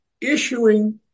issuing